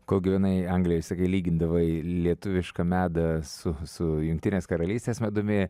kol gyvenai anglijoj sakei lygindavai lietuvišką medą su su jungtinės karalystės medumi